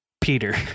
Peter